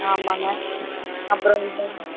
ஆமாம்ங்க அப்புறமேட்டு